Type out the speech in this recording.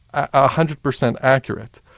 ah hundred per cent accurate.